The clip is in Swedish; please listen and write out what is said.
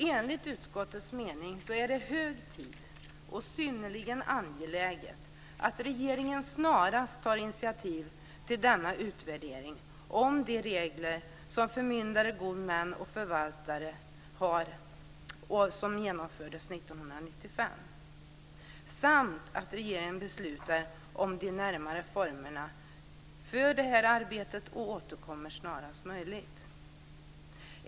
Enligt utskottets mening är det hög tid och synnerligen angeläget att regeringen snarast tar initiativ till en utvärdering om de regler som förmyndare, gode män och förvaltare har och som infördes 1995 samt att regeringen beslutar om de närmare formerna för detta arbete och återkommer snarast möjligt.